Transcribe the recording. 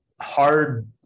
hard